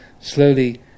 slowly